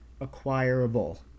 acquirable